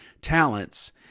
talents